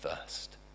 first